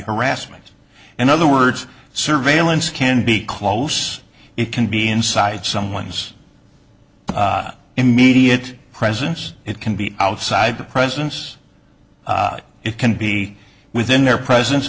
harassment in other words surveillance can be close it can be inside someone's immediate presence it can be outside the presence it can be within their presence